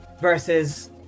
versus